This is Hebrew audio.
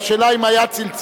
השאלה היא אם היה צלצול.